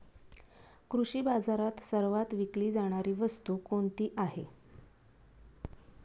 कृषी बाजारात सर्वात विकली जाणारी वस्तू कोणती आहे?